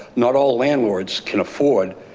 not all landlords can afford